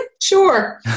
sure